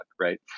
right